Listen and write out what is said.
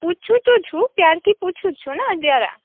પૂછું તો છું પ્યારથી પૂછું છું ને જરા